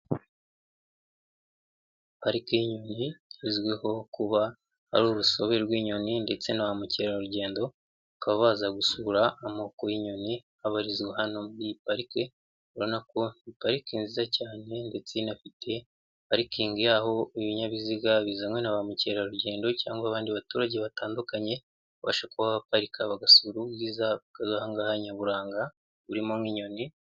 Pariki y'inyoni izwiho kuba ari urusobe rw'inyoni ndetse na ba mukerarugendo, bakaba baza gusura amoko y'inyoni abarizwa hano muri iyi parike, urabona ko ari pariki nziza cyane ndetse inafite parikingi y'aho ibinyabiziga bizanwe na ba mukerarugendo cyangwa abandi baturage batandukanye, babasha kuba baparika bagasura ubwiza bw'aha ngaha nyaburanga burimo nk'inyoni